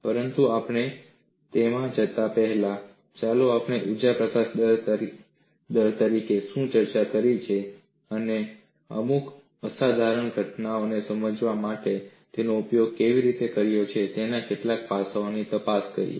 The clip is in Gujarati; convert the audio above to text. પરંતુ આપણે તેમાં જતા પહેલા ચાલો આપણે ઊર્જા પ્રકાશન દર તરીકે શું ચર્ચા કરી છે અને અમુક અસાધારણ ઘટનાને સમજવા માટે તેનો ઉપયોગ કેવી રીતે કર્યો છે તેના કેટલાક પાસાઓની તપાસ કરીએ